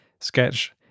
sketch